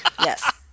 Yes